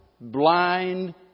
blind